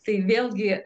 tai vėlgi